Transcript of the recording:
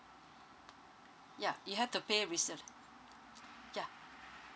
ya you have to pay resale ya